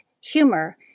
humor